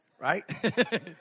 Right